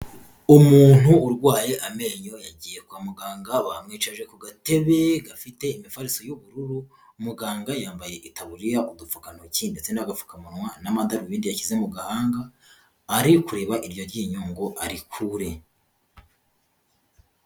Umuntu urwaye amenyo yagiye kwa muganga bamwicaje ku gatebe gafite imifariso y'ubururu, muganga yambaye itaburiya, udupfukantoki ndetse agapfukamunwa n'amadarubindi yashyize mu gahanga, ari kureba iryo ryinyo ngo arikure.